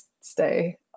stay